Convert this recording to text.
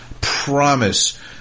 promise